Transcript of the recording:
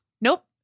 Nope